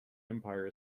empire